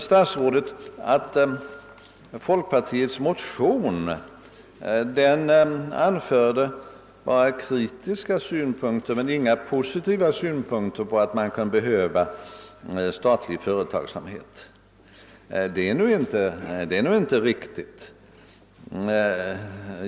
Statsrådet sade att det i folkpartiets motion bara anförts kritiska synpunkter och inga positiva synpunkter på att statlig företagsamhet kan behövas. Det är nu inte riktigt.